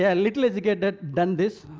yeah little educated, done this.